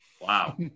wow